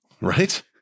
Right